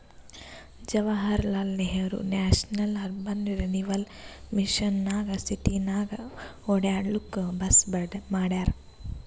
Jawaharlal Nehru national urban renewal mission ನಾಗ್ ಸಿಟಿನಾಗ್ ಒಡ್ಯಾಡ್ಲೂಕ್ ಬಸ್ ಮಾಡ್ಯಾರ್